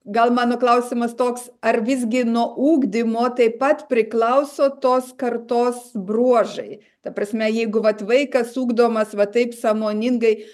gal mano klausimas toks ar visgi nuo ugdymo taip pat priklauso tos kartos bruožai ta prasme jeigu vat vaikas ugdomas va taip sąmoningai